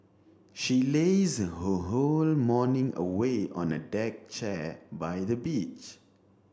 she lazed her whole morning away on a deck chair by the beach